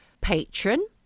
patron